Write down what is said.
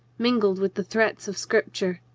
mingled with the threats of scripture.